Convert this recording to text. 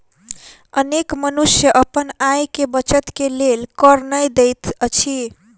अनेक मनुष्य अपन आय के बचत के लेल कर नै दैत अछि